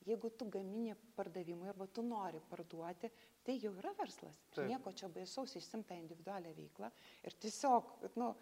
jeigu tu gamini pardavimui arba tu nori parduoti tai jau yra verslas nieko čia baisaus išsiimt tą individualią veiklą ir tiesiog nu